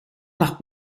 nach